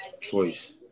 choice